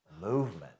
movement